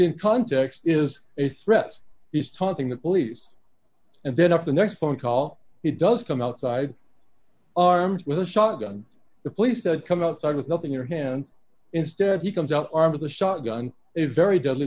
in context is a threat he's taunting the police and then up the next phone call he does come outside armed with a shotgun the police said come outside with nothing your hand instead he comes out arm with a shotgun a very deadly